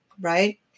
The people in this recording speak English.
Right